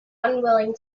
unwilling